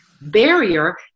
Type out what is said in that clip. barrier